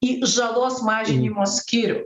į žalos mažinimo skyrių